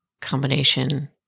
combination